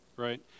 Right